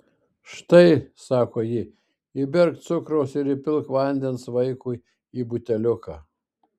štai sako ji įberk cukraus ir įpilk vandens vaikui į buteliuką